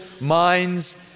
minds